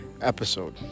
episode